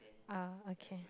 ah okay